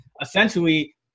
essentially